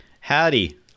Howdy